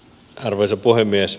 arvoisa puhemies